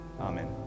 amen